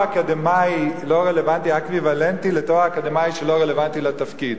אקדמי אקוויוולנטי לתואר אקדמי שלא רלוונטי לתפקיד.